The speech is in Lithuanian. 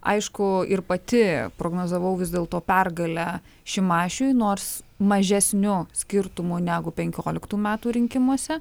aišku ir pati prognozavau vis dėlto pergalę šimašiui nors mažesniu skirtumu negu penkioliktų metų rinkimuose